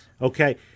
Okay